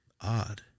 Odd